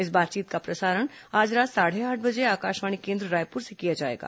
इस बातचीत का प्रसारण आज रात साढ़े आठ बजे आकाशवाणी केन्द्र रायपुर से किया जाएगा